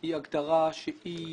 היא הגדרה שהיא